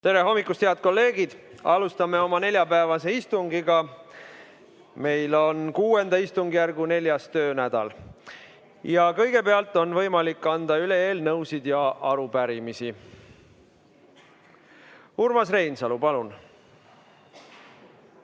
Tere hommikust, head kolleegid! Alustame oma neljapäevast istungit. Meil on VI istungjärgu 4. töönädal ja kõigepealt on võimalik üle anda eelnõusid ja arupärimisi. Urmas Reinsalu, palun!